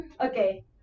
Okay